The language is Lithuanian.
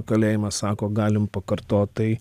kalėjimą sako galim pakartot tai